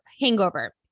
hangover